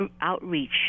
outreach